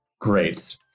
Great